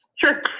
Sure